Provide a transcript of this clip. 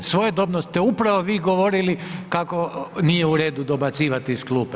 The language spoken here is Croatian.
Svojedobno ste upravo vi govorili kako nije u redu dobacivati iz klupe.